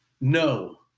no